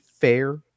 fair